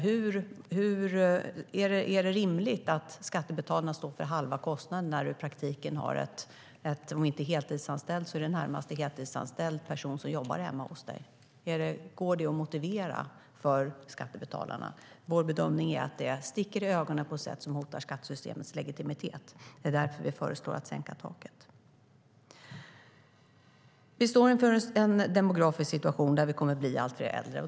Är det rimligt att skattebetalarna står för halva kostnaden när man i praktiken har en om inte heltidsanställd så i det närmaste heltidsanställd person som jobbar hemma hos en? Går detta att motivera för skattebetalarna? Vår bedömning är att det sticker i ögonen på ett sätt som hotar skattesystemets legitimitet. Det är därför vi föreslår att sänka taket. Vi står inför en demografisk situation där vi kommer att bli allt fler äldre.